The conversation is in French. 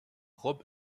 rob